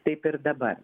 taip ir dabar